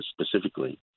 specifically